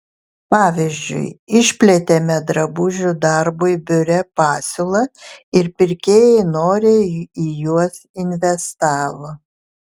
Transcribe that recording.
pavyzdžiui išplėtėme drabužių darbui biure pasiūlą ir pirkėjai noriai į juos investavo